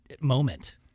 moment